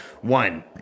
one